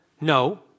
No